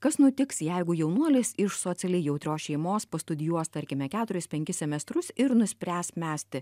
kas nutiks jeigu jaunuolis iš socialiai jautrios šeimos pastudijuos tarkime keturis penkis semestrus ir nuspręs mesti